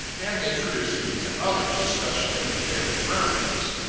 and introducing me to others, especially at the daily prayer meetings.